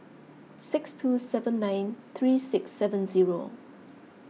six two seven nine three six seven zero